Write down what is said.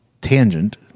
tangent